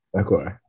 Okay